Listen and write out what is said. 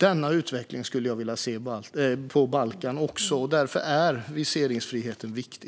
Denna utveckling skulle jag även vilja se på Balkan, och därför är viseringsfriheten viktig.